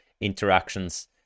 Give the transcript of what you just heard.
Interactions